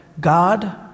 God